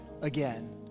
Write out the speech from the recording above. again